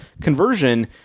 conversion